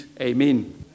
Amen